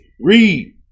Read